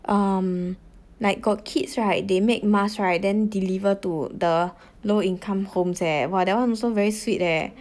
um like got kids right they make mask right then deliver to the low income homes eh !wah! that one also very sweet eh